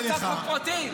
זו הצעת חוק פרטית?